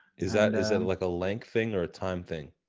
is that is it like a link thing? or a time thing?